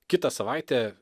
kitą savaitę